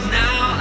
now